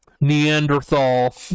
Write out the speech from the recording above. Neanderthal